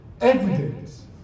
evidence